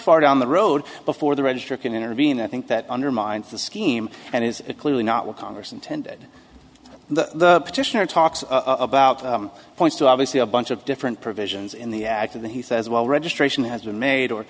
far down the road before the register can intervene i think that undermines the scheme and is clearly not what congress intended the petitioner talks about points to obviously a bunch of different provisions in the act of the he says well registration has been made or